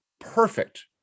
perfect